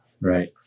Right